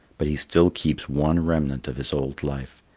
but he still keeps one remnant of his old life.